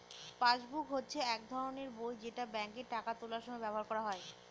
passbook হচ্ছে এক ধরনের বই যেটা ব্যাঙ্কে টাকা তোলার সময় ব্যবহার করা হয়